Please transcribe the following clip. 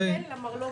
את זה לתקן למרלוגים.